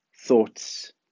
thoughts